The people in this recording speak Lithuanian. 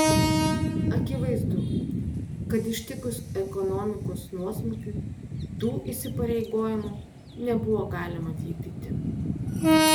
akivaizdu kad ištikus ekonomikos nuosmukiui tų įsipareigojimų nebuvo galima vykdyti